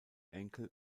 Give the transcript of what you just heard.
enkel